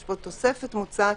יש פה תוספת מוצעת: